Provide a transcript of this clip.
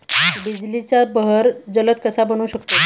बिजलीचा बहर जलद कसा बनवू शकतो?